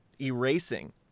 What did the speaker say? erasing